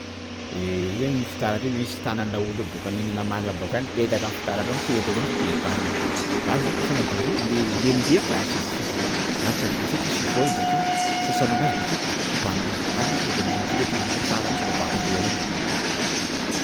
Izy io zany misy fitaratra io misy tanan'ny laolo bôka nihinana manga bakany mipetaka amin'ny fitaratra eo, mipetaka eo mintsy dian'ny tanany io, basy izy io kôfa hanadio izy io le- lemondemo e! _x000D_ Asivosivo ranon-tsavony tsainky chifon io bakeo; sasanao anazy; bakeo kobaninao, basy iny tonga de mangilatra hitany tsara mintsy babakon-dohanao bakeo.